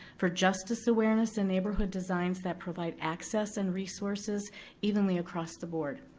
for justice awareness and neighborhood designs that provide access and resources evenly across the board.